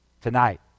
tonight